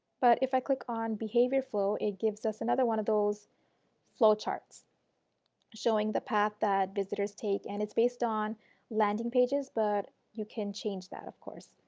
but if i click on behavior flow, it gives us another one of those flow charts showing the path that visitors take and it's based on landing pages but you can change that of course.